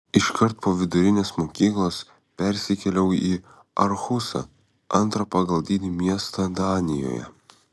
iškart po vidurinės mokyklos persikėliau į arhusą antrą pagal dydį miestą danijoje